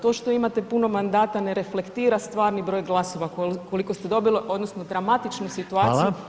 To što imate puno mandata ne reflektira stvarni broj glasova koliko ste dobili, odnosno dramatičnu situaciju